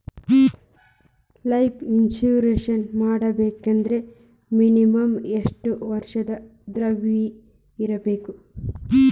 Life insurance ಮಾಡ್ಸ್ಬೇಕಂದ್ರ minimum ಯೆಷ್ಟ್ ವರ್ಷ ದವ್ರಿರ್ಬೇಕು?